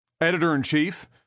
editor-in-chief